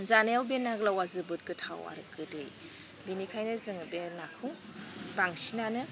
जानायाव बे ना गोलावा जोबोद गोथाव आरो गोदै बेनिखायनो जोङो बे नाखौ बांसिनानो